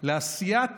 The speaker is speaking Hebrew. לעשיית